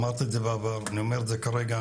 אמרתי את זה בעבר ואני אומר את זה כרגע,